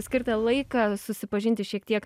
skirtą laiką susipažinti šiek tiek